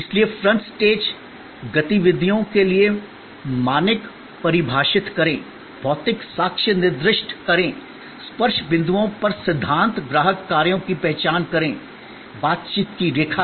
इसलिए front stage गतिविधियों के लिए मानक परिभाषित करें भौतिक साक्ष्य निर्दिष्ट करें स्पर्श बिंदुओं पर सिद्धांत ग्राहक कार्यों की पहचान करें बातचीत की रेखा